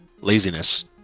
laziness